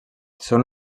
són